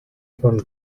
von